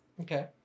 Okay